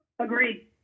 Agreed